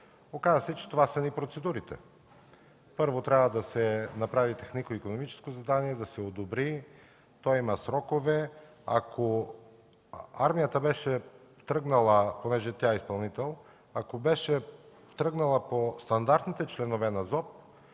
Оказа се, че такива са ни процедурите. Първо, трябва да се направи технико-икономическо задание, да се одобри. То има срокове. Понеже армията е изпълнител, ако беше тръгнала по стандартните членове на